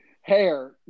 Hair